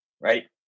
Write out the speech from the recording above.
right